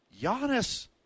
Giannis